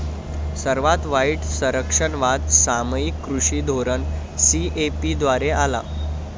सर्वात वाईट संरक्षणवाद सामायिक कृषी धोरण सी.ए.पी द्वारे आला